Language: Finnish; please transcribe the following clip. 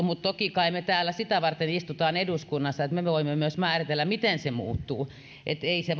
mutta toki kai me täällä sitä varten istumme eduskunnassa että me voimme myös määritellä miten se muuttuu ei se